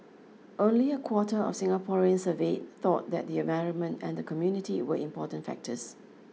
only a quarter of Singaporeans surveyed thought that the environment and the community were important factors